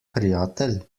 prijatelj